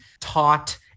taught